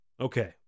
Okay